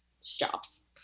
stops